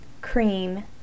cream